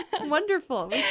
Wonderful